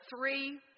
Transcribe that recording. three